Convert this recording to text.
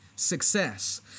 Success